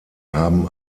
haben